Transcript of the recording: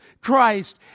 Christ